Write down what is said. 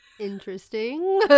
Interesting